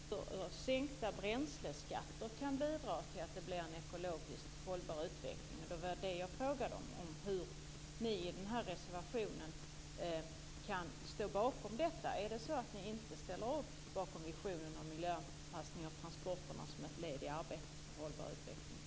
Fru talman! Jag förstår inte hur sänkta bränsleskatter kan bidra till en ekologiskt hållbar utveckling. Det var det jag frågade om, hur ni i denna reservation kan stå bakom detta. Ställer ni inte upp bakom visionen om miljöanpassning av transporterna som ett led i arbetet för en hållbar utveckling?